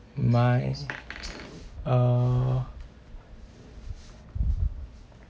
mine uh